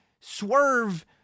Swerve